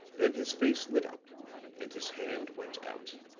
then his face lit up and his hand went out.